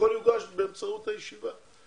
הכול יוגש באמצעות הישיבה.